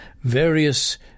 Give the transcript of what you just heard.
various